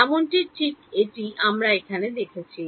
এমনকি ঠিক এটি আমরা এখানে দেখেছি